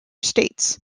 states